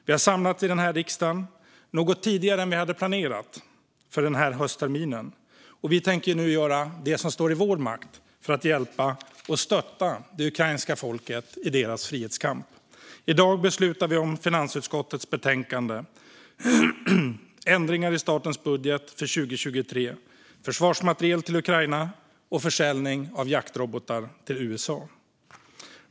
Vi har samlats här i riksdagen något tidigare än planerat för höstterminen, och vi tänker nu göra det som står i vår makt för att hjälpa och stötta det ukrainska folket i deras frihetskamp. I dag beslutar vi om finansutskottets betänkande Ändringar i statens budget för 2023 - Försvarsmateriel till Ukraina och försäljning av jaktrobotar till USA .